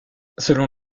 selon